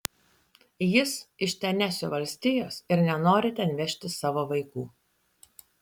jis iš tenesio valstijos ir nenori ten vežti savo vaikų